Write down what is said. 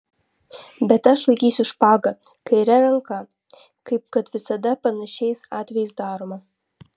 bet aš laikysiu špagą kaire ranka kaip kad visada panašiais atvejais daroma